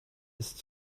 ist